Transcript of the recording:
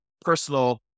personal